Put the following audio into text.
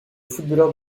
footballeur